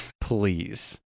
please